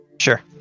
sure